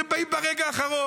איך אתם באים ברגע האחרון?